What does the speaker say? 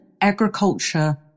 agriculture